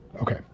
Okay